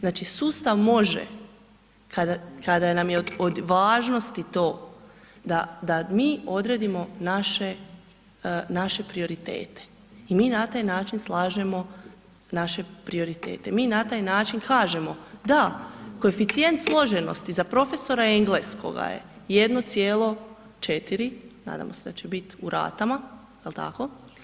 Znači sustav može kada nam je od važnosti da mi odredimo naše prioritete i mi na taj način slažemo naše prioritete, mi na taj način kažemo, da, koeficijent složenosti za profesora engleskoga je 1,4, nadamo se da će biti u ratama, je li tako?